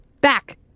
back